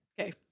Okay